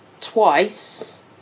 twice